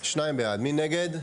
2 נגד,